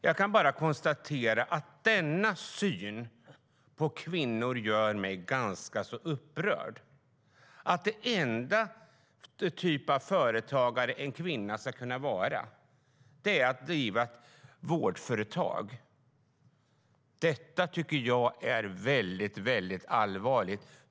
Jag kan bara konstatera att denna syn på kvinnor gör mig ganska upprörd - att den enda typ av företag som en kvinna ska kunna driva är vårdföretag. Jag tycker att det är mycket allvarligt.